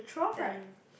ten